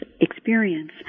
experience